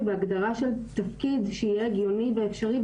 והגדרה של תפקיד שיהיה הגיוני ואפשרי,